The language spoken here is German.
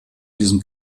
diesem